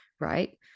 right